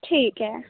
ਠੀਕ ਹੈ